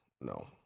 No